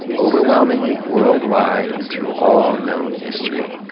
overwhelmingly, worldwide and through all known history,